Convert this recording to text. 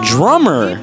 Drummer